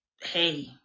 hey